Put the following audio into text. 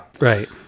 Right